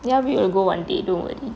ya we will go one day don't worry